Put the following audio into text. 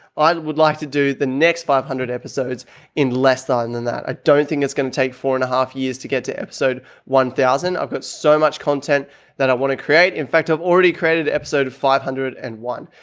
i would like to do the next five hundred episodes in less than than that. i don't think it's going to take four and a half years to get to episode one thousand. i've got so much content that i want to create. in fact, i've already credited episode five hundred and one,